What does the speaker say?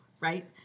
right